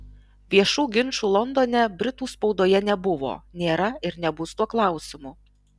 viešų ginčų londone britų spaudoje nebuvo nėra ir nebus tuo klausimu